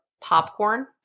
popcorn